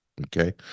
okay